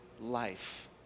life